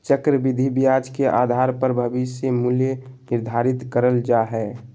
चक्रविधि ब्याज के आधार पर भविष्य मूल्य निर्धारित करल जा हय